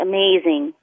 Amazing